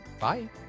Bye